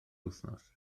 wythnos